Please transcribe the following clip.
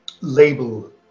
label